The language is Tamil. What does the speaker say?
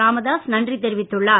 இராமதாஸ் நன்றி தெரிவித்துள்ளார்